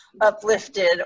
uplifted